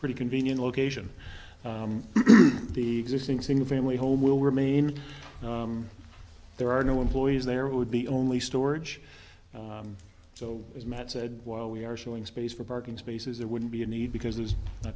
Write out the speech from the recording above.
pretty convenient location the existing single family home will remain there are no employees there would be only storage so as matt said while we are showing space for parking spaces there wouldn't be a need because there's not